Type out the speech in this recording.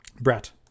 Brett